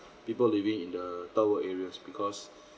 people living in the downward areas because